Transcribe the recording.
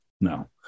No